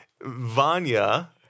Vanya